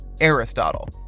Aristotle